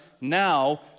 now